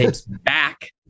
back